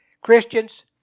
Christians